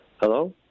Hello